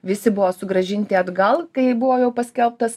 visi buvo sugrąžinti atgal kai buvo jau paskelbtas